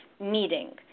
meeting